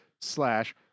slash